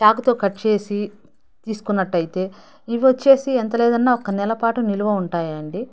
చాకుతో కట్ చేసి తీసుకున్నట్టయితే ఇవి వచ్చేసి ఎంత లేదన్న ఒక నెల పాటు నిల్వ ఉంటాయి అండి